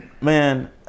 man